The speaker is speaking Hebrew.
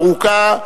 ארוכה,